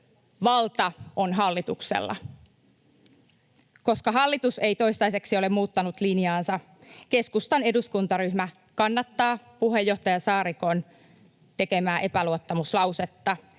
Valta on hallituksella. Koska hallitus ei toistaiseksi ole muuttanut linjaansa, keskustan eduskuntaryhmä kannattaa puheenjohtaja Saarikon tekemää epäluottamuslausetta.